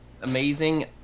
amazing